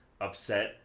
upset